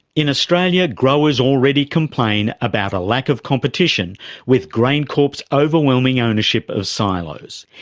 in australia, growers already complain about a lack of competition with graincorp's overwhelming ownership of silos.